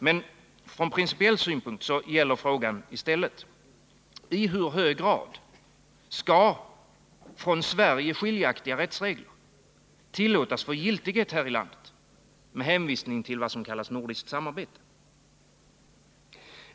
Men från principiell synpunkt gäller frågan i stället: I hur hög grad skall från svensk lagstiftning skiljaktiga rättsregler tillåtas få giltighet här i landet med hänvisning till vad som kallas nordiskt samarbete?